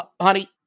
honey